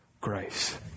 grace